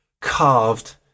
carved